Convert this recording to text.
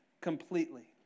completely